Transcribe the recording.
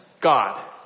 God